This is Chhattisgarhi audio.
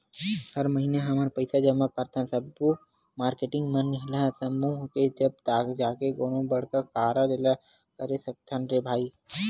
हर महिना हमन पइसा जमा करथन सब्बो मारकेटिंग मन ह समूह के तब जाके कोनो बड़का कारज ल करे सकथन रे भई